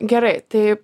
gerai taip